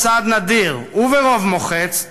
בצעד נדיר וברוב מוחץ,